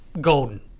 Golden